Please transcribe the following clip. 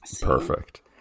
Perfect